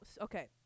okay